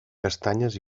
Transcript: castanyes